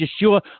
Yeshua